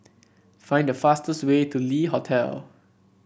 find the fastest way to Le Hotel